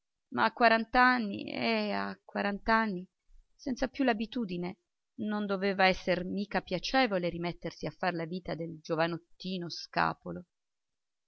a quarant'anni eh a quarant'anni senza più l'abitudine non doveva esser mica piacevole rimettersi a far la vita del giovanottino scapolo